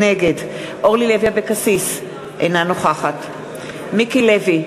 נגד אורלי לוי אבקסיס, אינה נוכחת מיקי לוי,